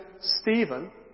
Stephen